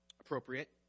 appropriate